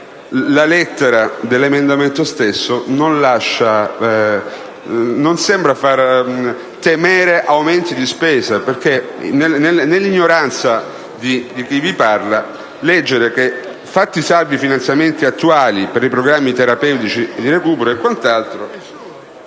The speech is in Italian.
la lettera dell'emendamento stesso non sembra far temere aumenti di spesa. Infatti nell'ignoranza di chi vi parla, leggere che sono fatti salvi i finanziamenti attuali per i programmi terapeutici e di recupero e, a seguire,